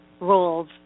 roles